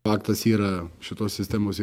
faktas yra šitos sistemos